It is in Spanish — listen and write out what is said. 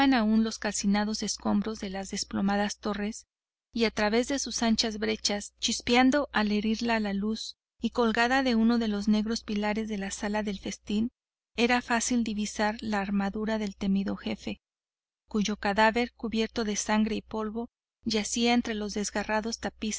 aún los calcinados escombros de las desplomadas torres y a través de sus anchas brechas chispeando al herirla la luz y colgada de uno de los negros pilares de la sala del festín era fácil divisar la armadura del temido jefe cuyo cadáver cubierto de sangre y de polvo yacía entre los desgarrados